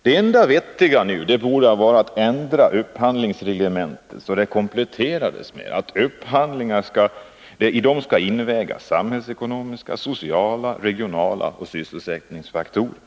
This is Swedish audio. Det enda vettiga nu borde vara att ändra det statliga upphandlingsreglementet så att det kompletteras med att det i upphandlingsärenden skall invägas samhällsekonomiska, sociala, regionala och sysselsättningsmässiga faktorer.